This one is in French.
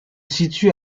situe